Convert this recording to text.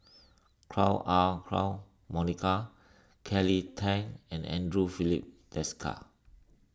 Chua Ah Huwa Monica Kelly Tang and andre Filipe Desker